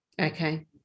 okay